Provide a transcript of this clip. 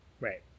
Right